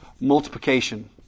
multiplication